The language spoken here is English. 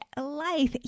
life